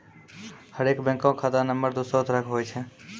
हरेक बैंको के खाता नम्बर दोसरो तरह के होय छै